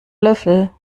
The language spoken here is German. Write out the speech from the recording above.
löffel